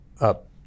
up